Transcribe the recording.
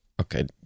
Okay